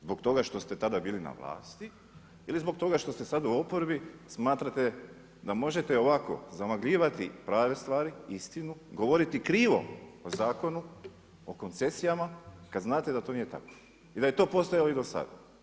Zbog toga što ste tada bili na vlasti ili zbog toga što ste sada u oporbi smatrate da možete ovako zamagljivati prave stvari, istinu, govoriti krivo o zakonu, o koncesijama kada znate da to nije tako i da je to postojalo i do sada.